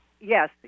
Yes